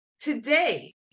Today